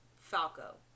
Falco